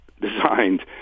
designed